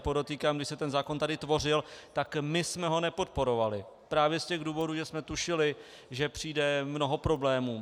Podotýkám, že když se ten zákon tvořil, tak my jsme ho nepodporovali právě z těch důvodů, že jsme tušili, že přijde mnoho problémů.